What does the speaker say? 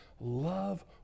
love